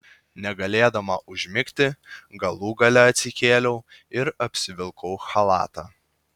negalėdama užmigti galų gale atsikėliau ir apsivilkau chalatą